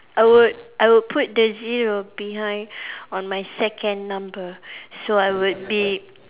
I would I would put the zero behind on my second number so I would be